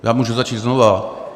Já můžu začít znovu.